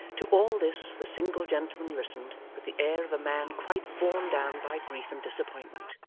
to all this, the single gentleman listened with the air of a man quite borne down by grief and disappointment.